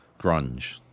grunge